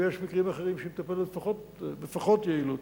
ויש מקרים אחרים שהיא מטפלת בהם בפחות יעילות.